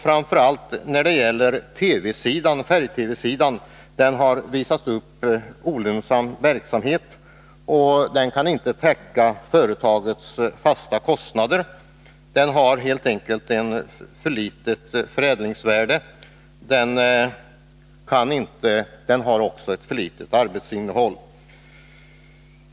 Framför allt har färg-TV-sidan visat sig olönsam. Försäljningen av färg-TV-apparater har inte täckt de fasta kostnaderna för tillverkningen, som helt enkelt har haft för litet förädlingsvärde och för litet arbetsinnehåli.